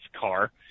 car